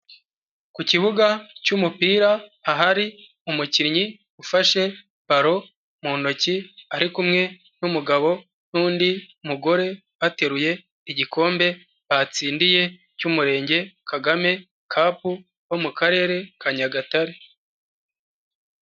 Ku kibuga cy'umupira ahari umukinnyi ufashe baro mu ntoki ari kumwe n'umugabo n'undi mugore bateruye igikombe batsindiye cy'Umurenge Kagame Cup bo mu Karere ka Nyagatare.